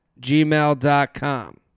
gmail.com